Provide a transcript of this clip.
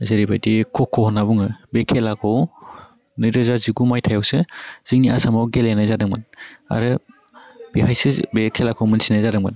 जेरैबायदि खख' होन्ना बुङो बे खेलाखौ नैरोजा जिगु माइथायावसो जोंनि आसामाव गेलेनाय जादोंमोन आरो बेहायसो बे खेलाखौ मोन्थिनाय जादोंमोन